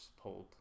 pulled